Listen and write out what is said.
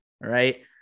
right